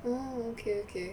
oh okay okay